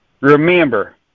Remember